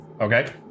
Okay